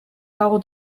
dago